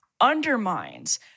undermines